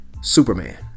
Superman